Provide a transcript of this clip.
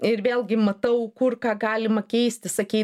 ir vėlgi matau kur ką galima keisti sakei